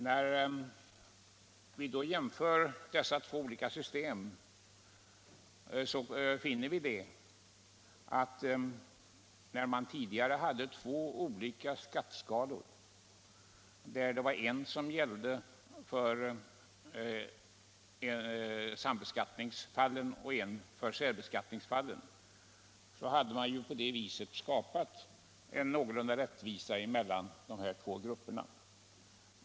När vi då jämför dessa två olika system finner vi att man tidigare har haft två olika skatteskalor, där det var en som gällde för sambeskattningsfallen och en som gällde för särbeskattningsfallen. På det viset hade man skapat någorlunda rättvisa mellan de två grupperna.